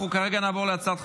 תודה.